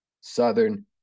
Southern